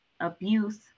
abuse